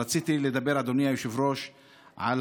אבל